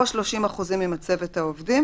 או 30% ממצבת העובדים,